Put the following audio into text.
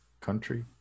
country